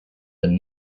been